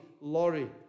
lorry